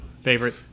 Favorite